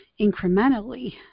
incrementally